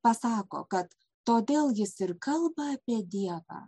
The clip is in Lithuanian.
pasako kad todėl jis ir kalba apie dievą